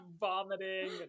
vomiting